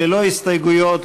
ללא הסתייגויות,